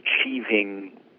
achieving